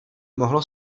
mohlo